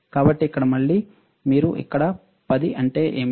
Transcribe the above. కాబట్టి ఇక్కడ మళ్ళీ మీరు ఇక్కడ 10 అంటే ఏమిటి